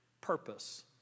purpose